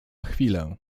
chwilę